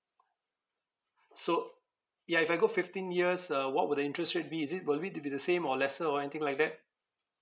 so ya if I go fifteen years uh what would the interest rate be is it will be it be the same or lesser or anything like that